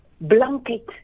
blanket